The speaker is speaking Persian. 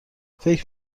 فکر